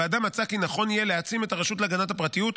הוועדה מצאה כי נכון יהיה להעצים את הרשות להגנת הפרטיות,